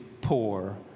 poor